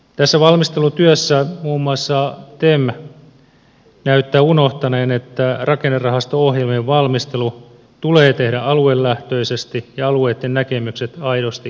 tässä valmistelutyössä muun muassa tem näyttää unohtaneen että rakennerahasto ohjelmien valmistelu tulee tehdä aluelähtöisesti ja alueitten näkemykset aidosti huomioiden